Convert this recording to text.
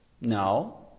No